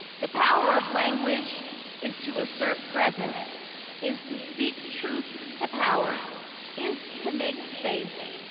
the power of language is to assert presence is to speak truth to power is to make space,